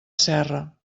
serra